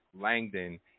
Langdon